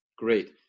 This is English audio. Great